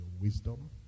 wisdom